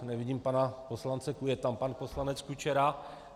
Nevidím pana poslance... je tam pan poslanec Kučera.